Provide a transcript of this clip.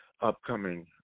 upcoming